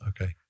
Okay